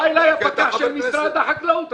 בא אליי המפקח של משרד החקלאות,